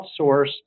outsourced